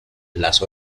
las